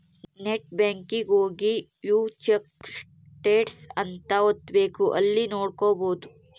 net banking ಹೋಗಿ view check status ಅಂತ ಒತ್ತಬೆಕ್ ಅಲ್ಲಿ ನೋಡ್ಕೊಬಹುದು